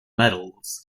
medals